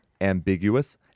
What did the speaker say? ambiguous